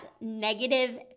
negative